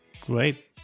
great